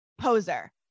poser